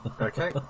okay